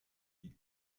die